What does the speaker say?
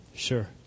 Sure